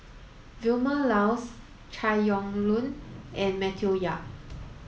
Vilma Laus Chai Yoong and Matthew Yap